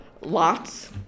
lots